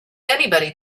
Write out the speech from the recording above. anybody